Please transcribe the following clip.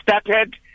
started